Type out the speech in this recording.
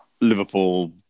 Liverpool